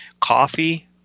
coffee